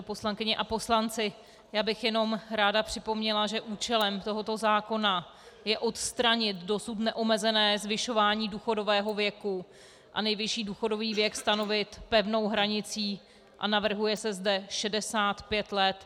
Poslankyně a poslanci, ráda bych jenom připomněla, že účelem tohoto zákona je odstranit dosud neomezené zvyšování důchodového věku a nejvyšší důchodový věk stanovit pevnou hranicí a navrhuje se zde 65 let.